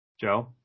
Joe